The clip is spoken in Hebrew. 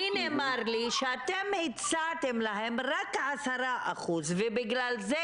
אני, נאמר לי שאתם הצעתם להם רק 10% ובגלל זה